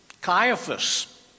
Caiaphas